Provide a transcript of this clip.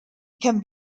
can